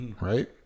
right